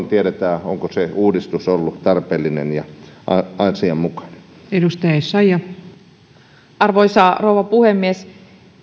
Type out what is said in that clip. tiedetään onko uudistus ollut tarpeellinen ja asianmukainen arvoisa rouva puhemies